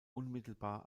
unmittelbar